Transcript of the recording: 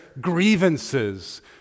grievances